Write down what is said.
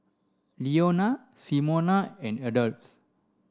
Leona Simona and Adolph